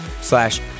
slash